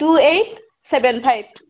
two eight seven five